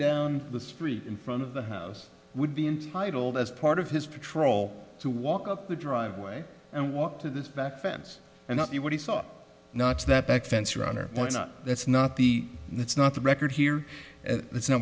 down the street in front of the house would be entitled as part of his patrol to walk up the driveway and walk to the back fence and be what he saw not that back fence around or what not that's not the that's not the record here that's no